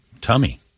Tummy